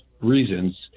reasons